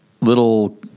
little